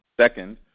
Second